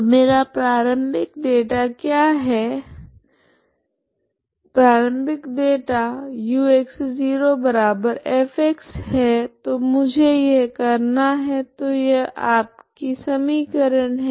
तो मेरा प्रारम्भिक डेटा क्या है प्रारम्भिक डेटा ux0f है तो मुझे यह करना है तो यह आपकी समीकरण है